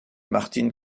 martin